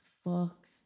Fuck